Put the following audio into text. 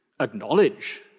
acknowledge